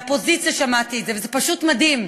מהאופוזיציה שמעתי את זה, וזה פשוט מדהים.